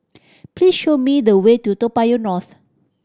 please show me the way to Toa Payoh North